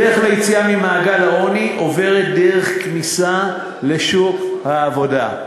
הדרך ליציאה ממעגל העוני עוברת דרך כניסה לשוק העבודה,